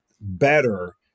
better